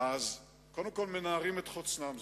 קודם כול הם מנערים את חוצנם,